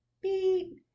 beep